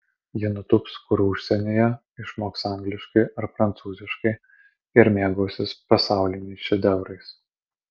ji nutūps kur užsienyje išmoks angliškai ar prancūziškai ir mėgausis pasauliniais šedevrais